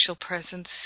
presence